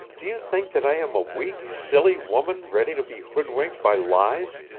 do you think that i am a weak, silly woman ready to be hoodwinked by lies?